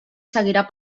seguirà